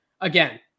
again